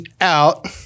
out